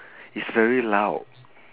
it's very loud